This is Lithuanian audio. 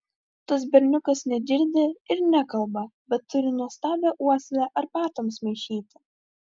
tas berniukas negirdi ir nekalba bet turi nuostabią uoslę arbatoms maišyti